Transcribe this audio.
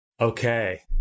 Okay